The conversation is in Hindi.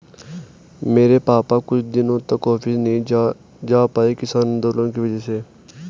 मेरे पापा कुछ दिनों तक ऑफिस नहीं जा पाए किसान आंदोलन की वजह से